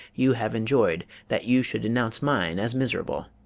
you have enjoyed, that you should denounce mine as miserable!